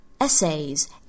essays